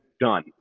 done